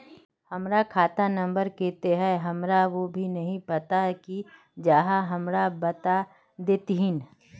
हमर खाता नम्बर केते है हमरा वो भी नहीं पता की आहाँ हमरा बता देतहिन?